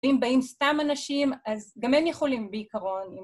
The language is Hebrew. אם באים סתם אנשים, אז גם הם יכולים בעיקרון.